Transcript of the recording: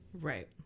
Right